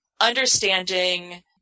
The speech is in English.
understanding